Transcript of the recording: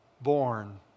born